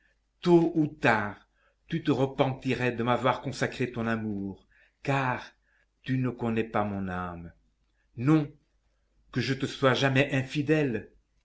tôt ou tard tu te repentirais de m'avoir consacré ton amour car tu ne connais pas mon âme non que je te sois jamais infidèle